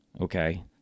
okay